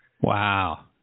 Wow